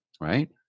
right